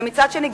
ומצד שני,